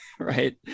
right